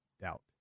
doubt